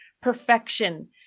perfection